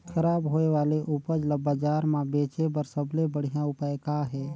खराब होए वाले उपज ल बाजार म बेचे बर सबले बढ़िया उपाय का हे?